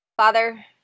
Father